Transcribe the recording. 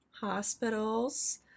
hospitals